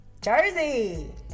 Jersey